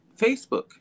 Facebook